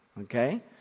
Okay